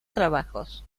trabajos